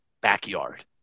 backyard